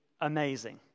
amazing